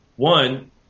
One